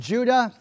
Judah